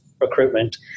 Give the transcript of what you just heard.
recruitment